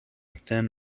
thin